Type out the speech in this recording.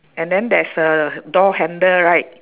and then there's a door handle right